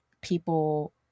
people